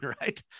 right